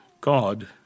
God